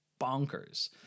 bonkers